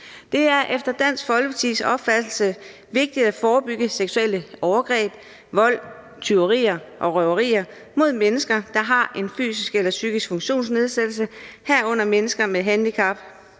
Det er efter Dansk Folkepartis opfattelse vigtigt at forebygge seksuelle overgreb, vold, tyverier og røverier mod mennesker, der har en fysisk eller psykisk funktionsnedsættelse, herunder mennesker med handicap,